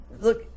look